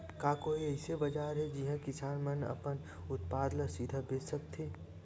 का कोई अइसे बाजार हे जिहां किसान मन अपन उत्पादन ला सीधा बेच सकथे?